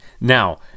Now